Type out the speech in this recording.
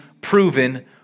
proven